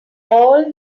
all